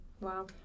Wow